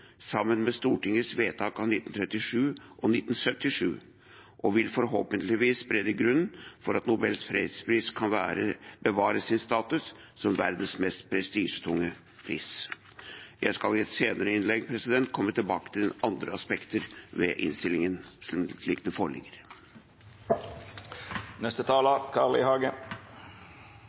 sammen med Stortingets vedtak av 1937 og 1977, og vil forhåpentligvis berede grunnen for at Nobels fredspris kan bevare sin status som verdens mest prestisjetunge pris. Jeg skal i et senere innlegg komme tilbake til andre aspekter ved innstillingen slik den foreligger. La meg først si noen ord om Riksrevisjonen, som også er omtalt i